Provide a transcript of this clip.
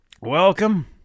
Welcome